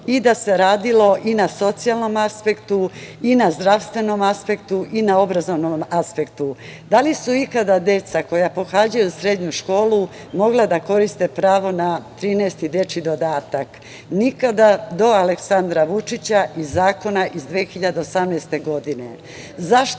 i da se radilo i na socijalnom aspektu, i na zdravstvenom aspektu, i na obrazovnom aspektu. Da li su ikada deca koja pohađaju srednju školu mogla da koriste pravo na 13. dečiji dodatak? Nikada, do Aleksandra Vučića i zakona iz 2018. godine.